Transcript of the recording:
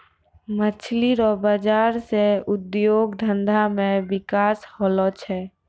मछली रो बाजार से उद्योग धंधा मे बिकास होलो छै